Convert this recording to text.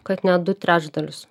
kad net du trečdalius